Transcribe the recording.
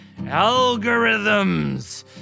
Algorithms